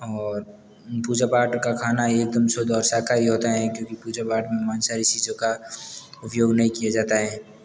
और पूजा पाठ का खाना एक दम शुद्ध और शाकाहारी होता है क्योंकि पूजा पाठ में माँसाहारी चीज़ों का उपयोग नहीं किया जाता है